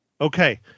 Okay